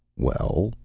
well,